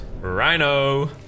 Rhino